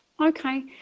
Okay